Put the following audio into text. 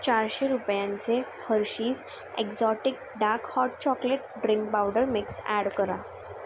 चारशे रुपयांचे Hershey's exotic dark hot chocolate drink powder mix add करा